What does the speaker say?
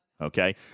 okay